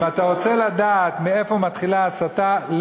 אם אתה רוצה לדעת מאיפה מתחילה הסתה,